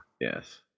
Yes